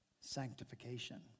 sanctification